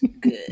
good